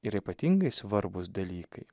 ir ypatingai svarbūs dalykai